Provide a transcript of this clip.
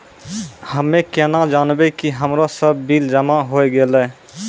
हम्मे केना जानबै कि हमरो सब बिल जमा होय गैलै?